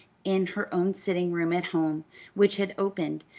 in her own sitting-room at home which had opened,